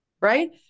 right